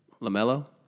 LaMelo